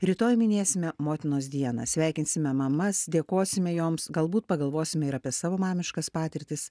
rytoj minėsime motinos dieną sveikinsime mamas dėkosime joms galbūt pagalvosime ir apie savo mamiškas patirtis